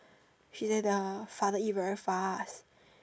she say the father eat very fast